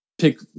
pick